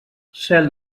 cel